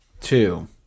Two